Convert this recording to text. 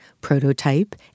prototype